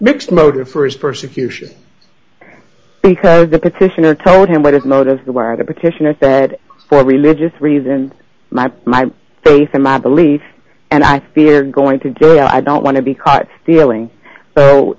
mixed motive for his persecution because the petitioner told him what his motives the why the petitioner said for religious reasons my my faith and my belief and i fear going to jail i don't want to be caught stealing